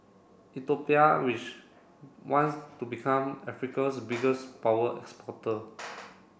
which wants to become Africa's biggest power exporter